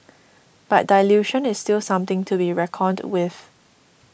but dilution is still something to be reckoned with